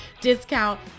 discount